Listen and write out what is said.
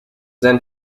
then